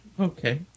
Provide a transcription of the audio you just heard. Okay